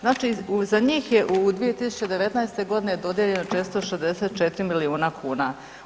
Znači za njih je u 2019. godini dodijeljeno 464 milijuna kuna.